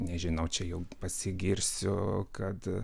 nežinau čia jau pasigirsiu kad